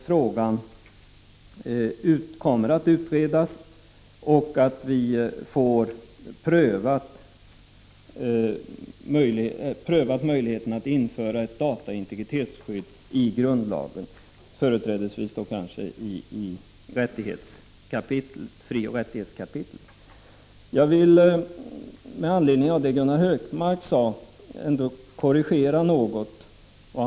Frågan kommer nu att utredas och möjligheterna prövas att införa ett dataoch integritetsskydd i grundlagen — företrädesvis i frioch rättighetskapitlet — och detta står i överensstämmelse med centerns motion. Med anledning av det som Gunnar Hökmark här sade vill jag göra en liten korrigering.